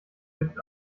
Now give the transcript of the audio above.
wird